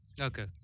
Okay